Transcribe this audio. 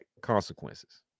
consequences